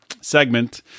segment